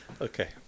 Okay